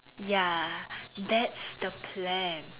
ya that's the plan